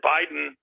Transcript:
Biden